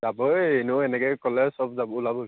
হ'ব এই এনেও এনেকৈ ক'লে সব যাব ওলাবই